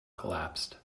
collapsed